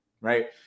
right